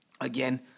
Again